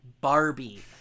Barbie